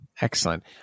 Excellent